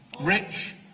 Rich